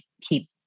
keep